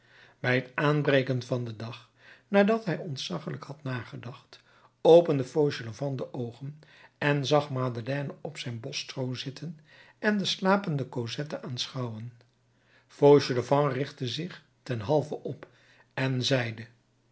bij het aanbreken van den dag nadat hij ontzaggelijk had nagedacht opende fauchelevent de oogen en zag madeleine op zijn bos stroo zitten en de slapende cosette aanschouwen fauchelevent richtte zich ten halve op en zeide